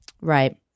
Right